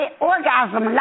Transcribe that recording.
orgasm